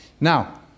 Now